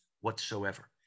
whatsoever